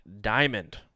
Diamond